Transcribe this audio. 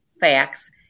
facts